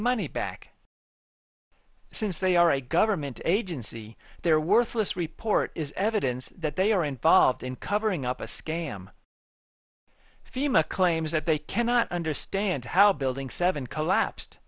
money back since they are a government agency their worthless report is evidence that they are involved in covering up a scam fema claims that they cannot understand how building seven collapsed